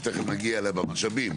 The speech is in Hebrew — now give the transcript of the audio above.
שתכף נגיע אליה במשאבים.